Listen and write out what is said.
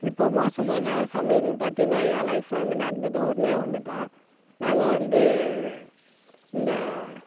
இப்போ மோசமான சமையல்னு பார்த்திங்கன்னா என் லைஃப்ல வந்து நடந்தது ஒன்றே ஒன்றுதான் நாங்கள் வந்து இந்த